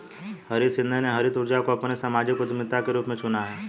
हरीश शिंदे ने हरित ऊर्जा को अपनी सामाजिक उद्यमिता के रूप में चुना है